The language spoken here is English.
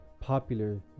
popular